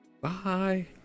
Bye